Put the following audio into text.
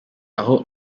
aho